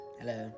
Hello